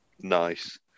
Nice